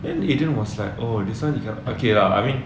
then the agent was like oh this [one] okay lah I mean